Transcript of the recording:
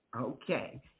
okay